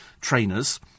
trainers